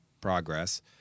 Progress